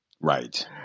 Right